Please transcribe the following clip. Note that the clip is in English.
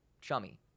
Chummy